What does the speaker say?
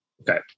Okay